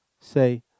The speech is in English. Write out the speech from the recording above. Say